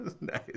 Nice